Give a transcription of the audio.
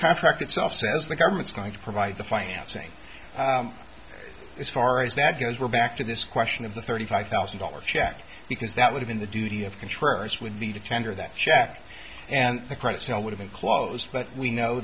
contract itself says the government's going to provide the financing as far as that goes we're back to this question of the thirty five thousand dollars check because that would have been the duty of contrary us would be to tender that check and the credit sale would have been closed but we know